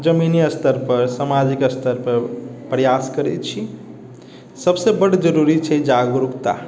जमीनी स्तर पर सामाजिक स्तर पर प्रयास करैत छी सभसँ बड्ड जरुरी छै जागरुकता